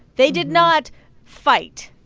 they did not fight,